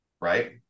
right